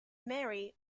marie